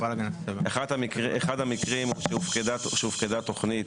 אחד המקרים שהופקדה התוכנית,